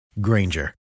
Granger